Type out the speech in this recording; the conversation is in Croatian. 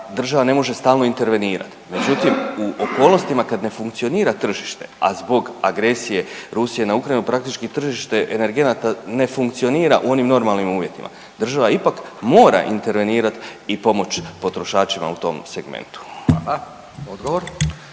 država ne može stalno intervenirat, međutim u okolnostima kad ne funkcionira tržište, a zbog agresije Rusije na Ukrajinu praktički tržište energenata ne funkcionira u onim normalnim uvjetima, država ipak mora intervenirat i pomoć potrošačima u tom segmentu. **Radin,